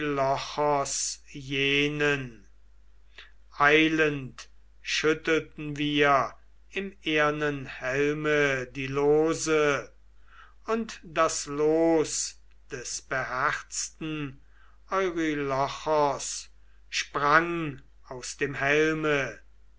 jenen eilend schüttelten wir im ehernen helme die lose und das los des beherzten eurylochos sprang aus dem helme